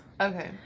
Okay